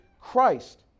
christ